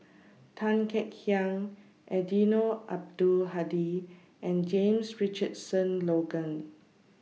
Tan Kek Hiang Eddino Abdul Hadi and James Richardson Logan